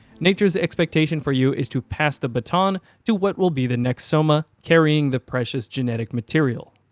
nature's expectation for you is to pass the baton to what will be the next soma carrying the precious genetic material.